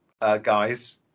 guys